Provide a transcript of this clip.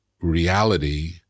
reality